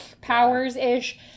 powers-ish